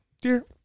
dear